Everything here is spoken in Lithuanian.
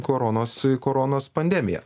koronos koronos pandemiją